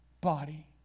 body